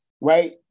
right